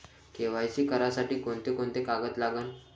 KYC करासाठी कोंते कोंते कागद लागन?